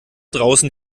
draußen